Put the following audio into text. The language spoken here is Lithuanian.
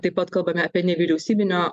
taip pat kalbame apie nevyriausybinio